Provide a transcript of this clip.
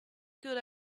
good